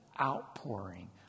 outpouring